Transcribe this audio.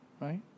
right